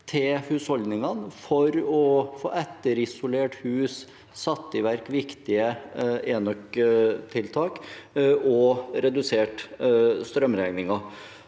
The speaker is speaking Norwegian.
til husholdningene for å få etterisolert hus, satt i verk viktige enøktiltak og redusert strømregningen.